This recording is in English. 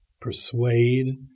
persuade